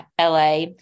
LA